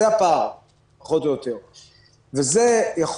זה הפער פחות או יותר.